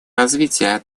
развития